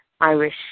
Irish